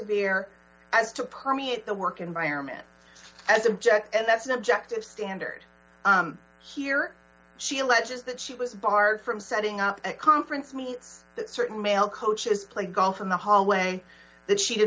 severe as to permeate the work environment as object and that's an objective standard here she alleges that she was barred from setting up a conference meets certain male coaches play golf in the hallway that she did